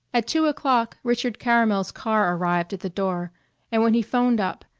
at two o'clock richard caramel's car arrived at the door and, when he phoned up,